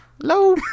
hello